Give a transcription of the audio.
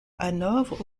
hanovre